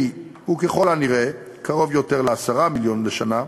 הוא ככל הנראה קרוב יותר ל-10 מיליון בשנה,